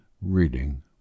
Reading